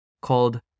called